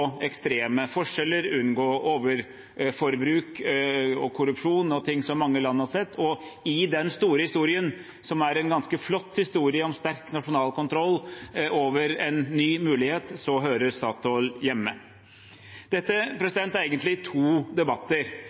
ekstreme forskjeller, unngå overforbruk og korrupsjon – ting som mange land har sett. I den store historien, som er en ganske flott historie om sterk nasjonal kontroll over en ny mulighet, hører Statoil hjemme. Dette er egentlig to debatter.